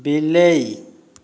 ବିଲେଇ